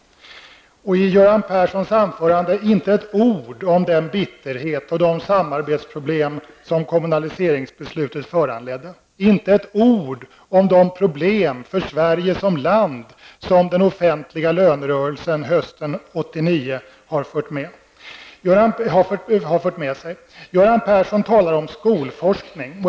I Göran Perssons anförande fanns inte ett ord om den bitterhet och de samarbetsproblem som kommunaliseringsbeslutet föranledde, inte ett ord om de problem för Sverige som land som den offentliga lönerörelsen hösten 1989 har fört med sig. Göran Persson talar om skolforskning.